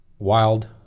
Wild